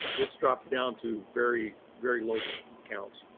it's dropped down to very, very low counts.